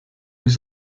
was